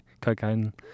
cocaine